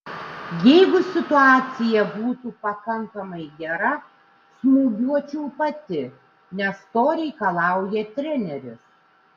jeigu situacija būtų pakankamai gera smūgiuočiau pati nes to reikalauja treneris